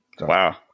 Wow